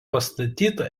pastatyta